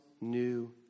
new